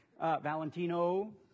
Valentino